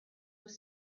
were